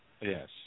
Yes